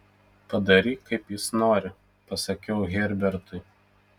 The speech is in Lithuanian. padaryk kaip jis nori pasakiau herbertui